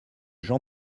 jean